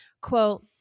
quote